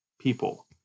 people